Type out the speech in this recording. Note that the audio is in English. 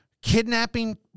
kidnapping